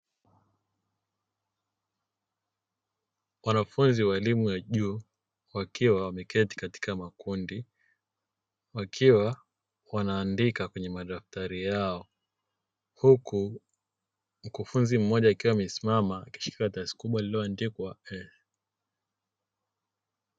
Wanafunzi wa elimu ya juu wakiwa wameketi katika makundi wakiwa wanaandika kwenye madaftari yao huku mkufunzi mmoja akiwa amesimama akishika karatasi kubwa lililoandikwa.